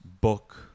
book